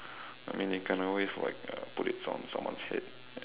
I mean they can always like uh put it on someone's head